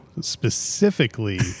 specifically